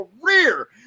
career